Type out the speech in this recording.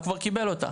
הוא כבר קיבל אותה.